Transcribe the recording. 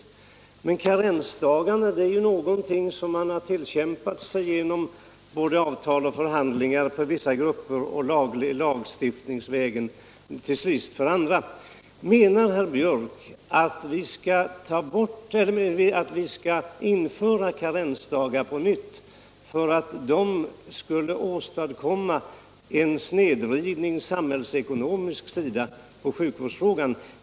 Slopandet av karensdagarna är någonting som vissa grupper har förhandlat sig till och som för andra har åstadkommits genom lagstiftning. Menar herr Biörck att vi bör återinföra karensdagarna, därför att dessa skulle förorsaka en snedvridning av ekonomin inom sjukvården?